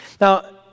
Now